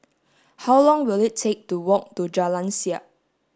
how long will it take to walk to Jalan Siap